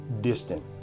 distant